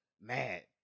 mad